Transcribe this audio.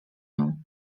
nią